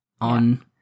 on